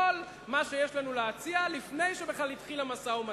מה שיש לנו להציע לפני שבכלל התחיל המשא-ומתן.